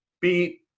beat